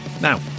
Now